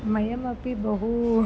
मह्यमपि बहु